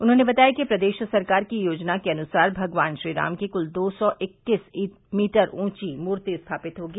उन्होंने बताया कि प्रदेश सरकार की योजना के अनुसार भगवान श्रीराम की कुल दो सौ इक्कीस मीटर ऊंची मूर्ति स्थापित होगी